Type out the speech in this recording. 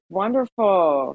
wonderful